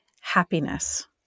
happiness